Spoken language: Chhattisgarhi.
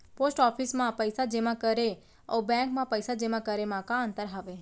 पोस्ट ऑफिस मा पइसा जेमा करे अऊ बैंक मा पइसा जेमा करे मा का अंतर हावे